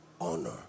honor